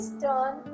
turn